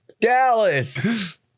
Dallas